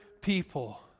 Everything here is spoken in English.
people